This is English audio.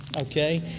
Okay